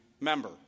member